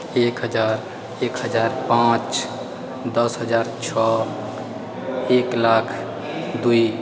एक हजार एक हजार पाँच दश हजार छओ एक लाख दुइ